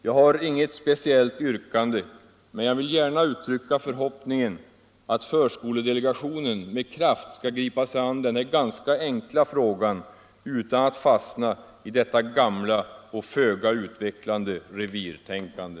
Jag har inget speciellt yrkande men vill gärna uttrycka förhoppningen att förskoledelegationen med kraft skall gripa sig an den här enkla frågan utan att fastna i detta gamla och föga utvecklande revirtänkande.